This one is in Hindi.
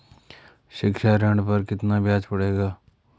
शिक्षा ऋण पर कितना ब्याज पड़ेगा?